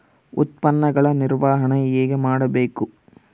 ಉತ್ಪನ್ನಗಳ ನಿರ್ವಹಣೆ ಹೇಗೆ ಮಾಡಬೇಕು?